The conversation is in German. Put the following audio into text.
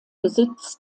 besitz